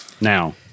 now